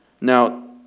Now